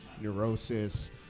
Neurosis